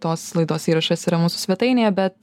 tos laidos įrašas yra mūsų svetainėje bet